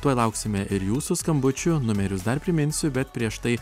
tuoj lauksime ir jūsų skambučių numerius dar priminsiu bet prieš tai